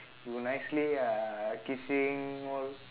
you nicely ah kissing all